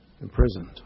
imprisoned